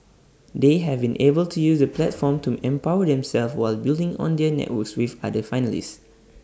they have been able to use that platform to empower themselves while building on their networks with other finalists